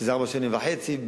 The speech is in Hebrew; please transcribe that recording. שזה ארבע שנים וחצי,